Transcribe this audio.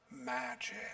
magic